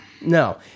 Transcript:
No